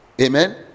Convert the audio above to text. amen